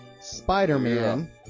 spider-man